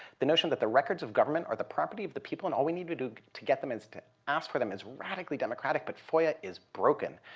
the notion that the records of government are the property of the people and all we need to do to get them is to ask for them is radically democratic but foia is broken.